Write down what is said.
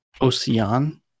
Ocean